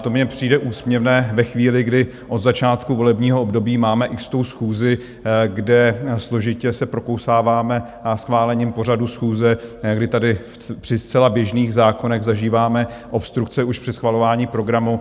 To mně přijde úsměvné ve chvíli, kdy od začátku volebního období máme xtou schůzi, kde se složitě prokousáváme schválením pořadu schůze, kdy tady při zcela běžných zákonech zažíváme obstrukce už při schvalování programu.